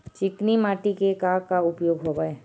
चिकनी माटी के का का उपयोग हवय?